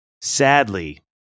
Sadly